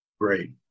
Great